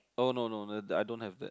oh no no that I don't have that